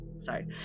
sorry